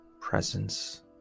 presence